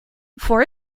for